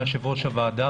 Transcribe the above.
יושב ראש הוועדה,